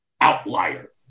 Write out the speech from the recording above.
outlier